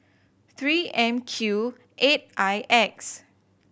Three M Q eight I X